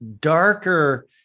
darker